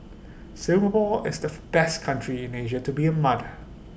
Singapore is the best country in Asia to be A mother